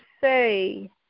say